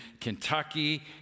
Kentucky